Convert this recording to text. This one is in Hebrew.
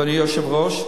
אדוני היושב-ראש,